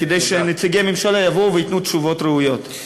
כדי שנציגי הממשלה יבואו וייתנו תשובות ראויות.